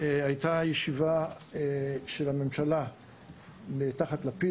היתה ישיבה של הממשלה תחת לפיד,